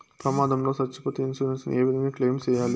ప్రమాదం లో సచ్చిపోతే ఇన్సూరెన్సు ఏ విధంగా క్లెయిమ్ సేయాలి?